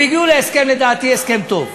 הם הגיעו להסכם, לדעתי הסכם טוב.